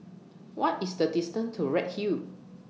What IS The distance to Redhill